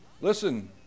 listen